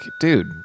dude